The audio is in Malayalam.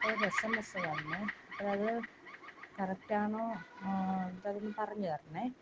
അപ്പം ഒരു എസ് എം എസ് വന്നേ അപ്പോഴത് കറക്റ്റാണോ ഇതൊന്നു പറഞ്ഞു തരണേ